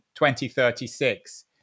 2036